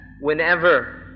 whenever